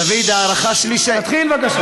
תתחיל בבקשה.